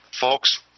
Folks